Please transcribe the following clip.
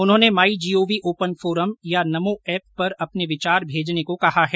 उन्होंने my gov open forum या Namo app पर अपने विचार भेजने को कहा है